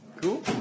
Cool